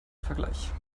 vergleich